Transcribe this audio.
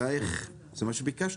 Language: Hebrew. זה מה שביקשנו.